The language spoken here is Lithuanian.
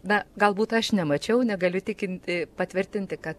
na galbūt aš nemačiau negaliu tikinti patvirtinti kad